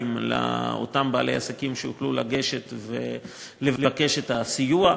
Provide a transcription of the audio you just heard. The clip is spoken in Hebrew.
לאותם בעלי עסקים שיוכלו לגשת ולבקש את הסיוע.